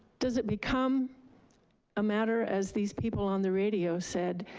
does it become a matter, as these people on the radio said,